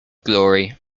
glory